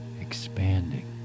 expanding